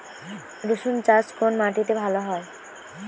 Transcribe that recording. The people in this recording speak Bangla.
রুসুন চাষ কোন মাটিতে ভালো হয়?